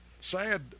Sad